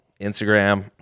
Instagram